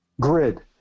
grid